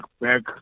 back